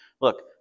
Look